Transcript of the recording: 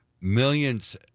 millions